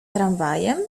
tramwajem